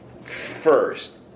first